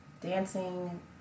dancing